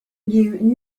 knew